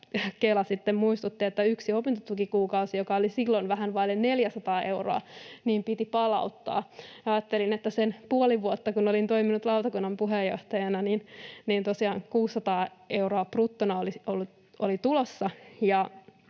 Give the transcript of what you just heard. muistutti, että yksi opintotukikuukausi, joka oli silloin vähän vaille 400 euroa, piti palauttaa. Ja ajattelin, että siitä puolesta vuodesta, jonka olin toiminut lautakunnan puheenjohtajana, niin tosiaan 600 euroa bruttona oli tulossa,